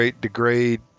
degrade